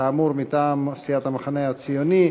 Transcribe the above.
כאמור, מטעם סיעת המחנה הציוני.